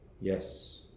Yes